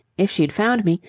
if she'd found me,